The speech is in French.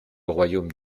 royaume